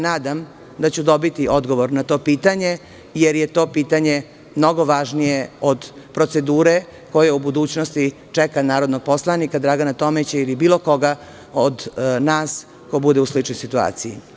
Nadam se da ću dobiti odgovor na to pitanje, jer je to pitanje mnogo važnije od procedure koja u budućnosti čeka narodnog poslanika Dragana Tomića ili bilo koga od nas ko bude u sličnoj situaciji.